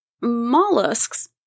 Mollusks